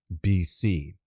BC